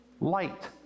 light